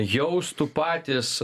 jaustų patys